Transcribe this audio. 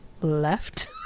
left